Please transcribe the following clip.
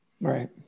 Right